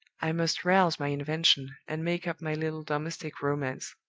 i must rouse my invention and make up my little domestic romance.